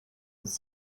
this